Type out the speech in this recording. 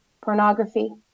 pornography